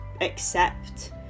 accept